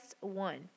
one